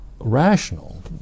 rational